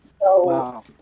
wow